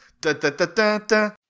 Da-da-da-da-da